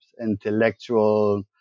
intellectual